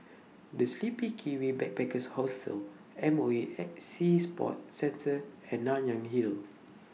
The Sleepy Kiwi Backpackers Hostel M O E Sea Sports Centre and Nanyang Hill